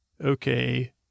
Okay